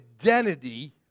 identity